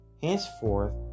henceforth